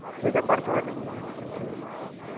ٹھیک ہے پرسوں آ جاؤں گا میں ٹھیک